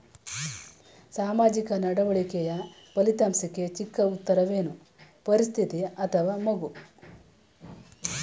ಸಾಮಾಜಿಕ ನಡವಳಿಕೆಯ ಫಲಿತಾಂಶಕ್ಕೆ ಚಿಕ್ಕ ಉತ್ತರವೇನು? ಪರಿಸ್ಥಿತಿ ಅಥವಾ ಮಗು?